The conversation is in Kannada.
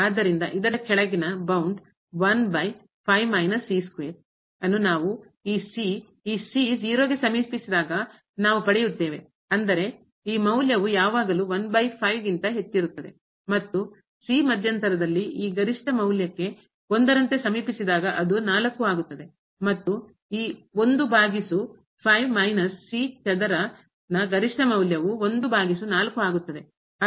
ಆದ್ದರಿಂದ ಕೆಳಗಿನ ಬೌಂಡ್ ಅನ್ನು ನಾವು ಈ ಗೆ ಸಮೀಪಿಸಿದಾಗ ನಾವು ಪಡೆಯುತ್ತೇವೆ ಅಂದರೆ ಈ ಮೌಲ್ಯವು ಯಾವಾಗಲೂ ಕ್ಕಿಂತ ಹೆಚ್ಚಿರುತ್ತದೆ ಮತ್ತು ಮಧ್ಯಂತರದಲ್ಲಿಈ ಗರಿಷ್ಠ ಮೌಲ್ಯಕ್ಕೆ ರಂತೆ ಸಮೀಪಿಸಿದಾಗ ಅದು ಆಗುತ್ತದೆ ಮತ್ತು ಈ ಮೈನಸ್ ಚದರ ನ ಗರಿಷ್ಠ ಮೌಲ್ಯವು ಆಗುತ್ತದೆ